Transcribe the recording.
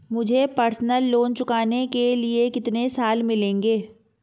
मुझे personal loan चुकाने के लिए कितने साल मिलेंगे?